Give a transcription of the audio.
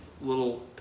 little